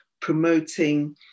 promoting